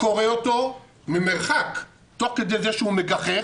קורא אותו ממרחק תוך כדי זה שהוא מגחך